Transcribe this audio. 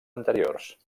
anteriors